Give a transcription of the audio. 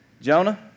Jonah